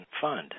Fund